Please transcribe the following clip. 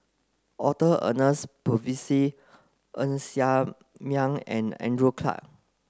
Arthur Ernest Ng Ser Miang and Andrew Clarke